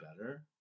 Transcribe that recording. better